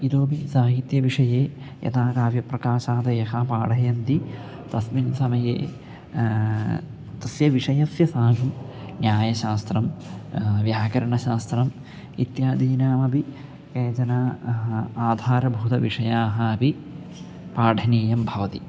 इतोपि साहित्यविषये यथा काव्यप्रकाशादयः पाठयन्ति तस्मिन् समये तस्य विषयस्य साकं न्यायशास्त्रं व्याकरणशास्त्रम् इत्यादीनामपि केचन आधारभूतविषयाः अपि पाठनीयं भवति